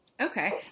Okay